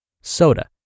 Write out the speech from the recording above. soda